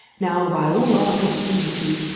now, by all our hopes and wishes,